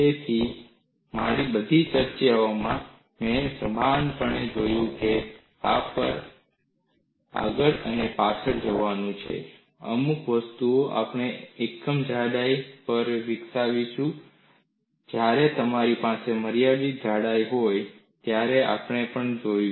તેથી મારી બધી ચર્ચાઓમાં મેં સભાનપણે જે કર્યું છે તે આ પર આગળ અને પાછળ જવાનું છે અમુક વસ્તુઓ આપણે એકમની જાડાઈ પર વિકસાવીશું જ્યારે તમારી પાસે મર્યાદિત જાડાઈ હોય ત્યારે આપણે પણ જોઈશું